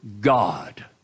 God